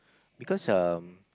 because um